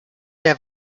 der